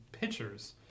Pitchers